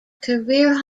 career